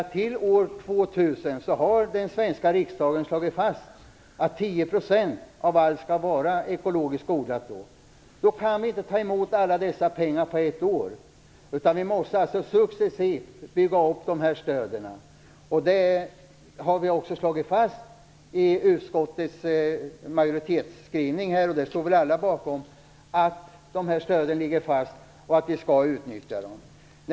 Till år 2000 har den svenska riksdagen slagit fast att 10 % av alla odlade produkter skall vara ekologiskt odlade. Då kan vi inte ta emot alla dessa pengar på ett år, utan vi måste successivt bygga upp stöden. Det har vi också slagit fast i utskottets majoritetsskrivning. Alla står väl bakom att de här stöden ligger fast och att vi skall utnyttja dem.